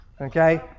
Okay